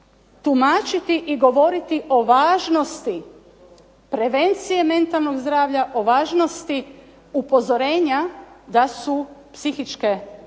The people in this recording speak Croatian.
tumačiti i govoriti o važnosti prevencije mentalnog zdravlja, o važnosti upozorenja da su psihičke